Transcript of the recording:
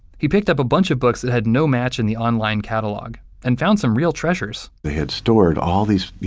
he picked up a bunch of books that had no match in the online catalog and found some real treasures they had stored all of these,